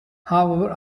however